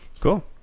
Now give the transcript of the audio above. Cool